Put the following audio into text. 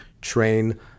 train